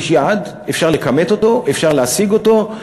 יש יעד, אפשר לכמת אותו, אפשר להשיג אותו.